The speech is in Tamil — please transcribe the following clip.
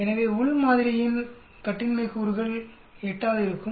எனவே உள் மாதிரி யின் கட்டின்மை கூறுகள் 8 ஆக இருக்கும்